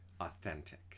authentic